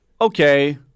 Okay